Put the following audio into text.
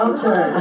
Okay